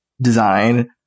design